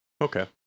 Okay